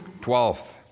Twelfth